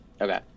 Okay